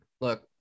Look